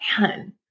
man